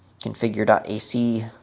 configure.ac